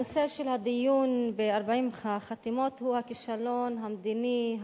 הנושא של הדיון ב-40 החתימות הוא הכישלון המדיני,